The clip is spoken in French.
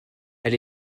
elle